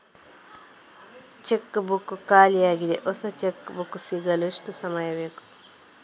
Check book ಖಾಲಿ ಯಾಗಿದೆ, ಹೊಸ ಚೆಕ್ ಬುಕ್ ಸಿಗಲು ಎಷ್ಟು ಸಮಯ ಬೇಕು?